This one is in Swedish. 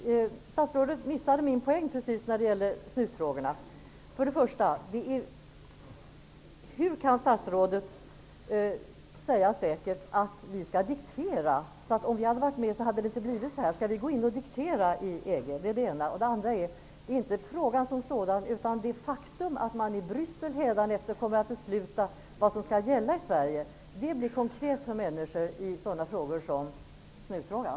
Statsrådet missade poängen i det jag sade om snusfrågorna. För det första: Hur kan statsrådet säga säkert att vi skall diktera? Statsrådet sade att om vi hade varit med så hade det inte blivit så här. Skall vi gå in och diktera i EG? För det andra talade jag inte om snusfrågan som sådan utan om det faktum att man i Bryssel hädanefter kommer att besluta vad som skall gälla i Sverige. Det blir konkret för människor i sådana frågor som snusfrågan.